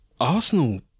Arsenal